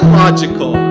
logical